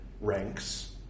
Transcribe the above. ranks